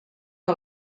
que